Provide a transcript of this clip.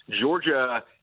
Georgia